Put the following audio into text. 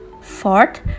Fourth